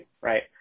Right